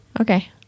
Okay